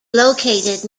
located